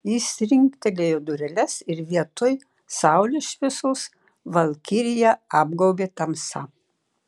jis trinktelėjo dureles ir vietoj saulės šviesos valkiriją apgaubė tamsa